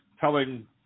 telling